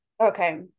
Okay